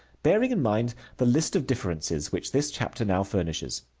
bearing in mind the list of differences which this chapter now furnishes.